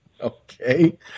Okay